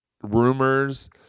rumors